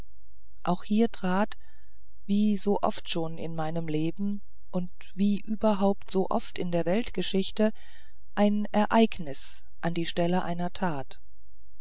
auch hier trat wie so oft schon in mein leben und wie überhaupt so oft in die weltgeschichte ein ereignis an die stelle einer tat